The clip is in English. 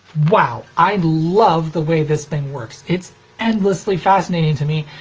wow. i love the way this thing works. it's endlessly fascinating to me,